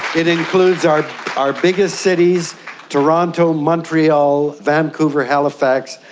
it includes our our biggest cities toronto, montreal, vancouver, halifax,